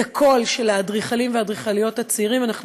את הקול של האדריכלים והאדריכליות הצעירים אנחנו